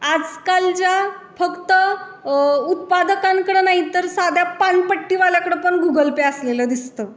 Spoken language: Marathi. आजकाल ज्या फक्त उत्पादकांकडं नाही तर साध्या पानपट्टीवाल्याकडं पण गुगल पे असलेलं दिसतं